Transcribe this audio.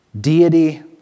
deity